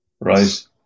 Right